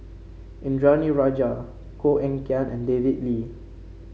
Indranee Rajah Koh Eng Kian and David Lee